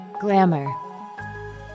glamour